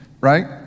right